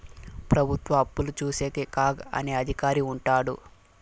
ప్రభుత్వ అప్పులు చూసేకి కాగ్ అనే అధికారి ఉంటాడు